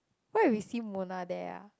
what if we see Mona there ah